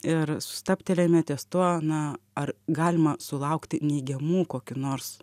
ir stabtelėjome ties tuo na ar galima sulaukti neigiamų kokių nors